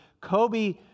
Kobe